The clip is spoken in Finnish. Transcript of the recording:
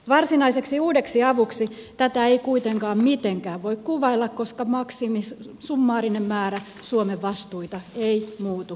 varsinaiseksi uudeksi avuksi tätä ei kuitenkaan mitenkään voi kuvailla koska maksimi summaarinen määrä suomen vastuita ei muutu miksikään